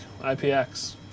IPX